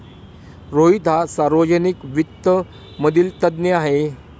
रोहित हा सार्वजनिक वित्त मधील तज्ञ आहे